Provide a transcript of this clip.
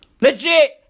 Legit